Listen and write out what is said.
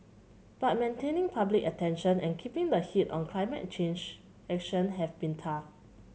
but maintaining public attention and keeping the heat on climate change action have been tough